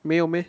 没有 meh